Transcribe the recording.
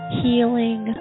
healing